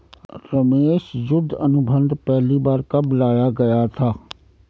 रमेश युद्ध अनुबंध पहली बार कब लाया गया था?